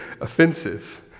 offensive